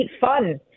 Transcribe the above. fun